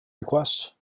request